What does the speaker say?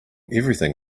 everything